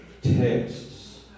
texts